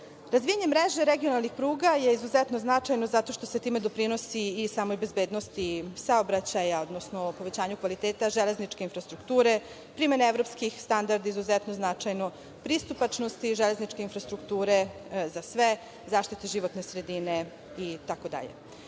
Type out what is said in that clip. korisnike. Razvijanje mreže regionalnih pruga je izuzetno značajno i zato što se time doprinosi i samoj bezbednosti saobraćaja, odnosno povećanju kvaliteta železničke infrastrukture, primeni evropskih standarda, izuzetno značajnoj pristupačnosti železničke infrastrukture za sve, zaštiti životne sredine itd. Na